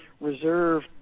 reserve